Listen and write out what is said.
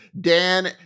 dan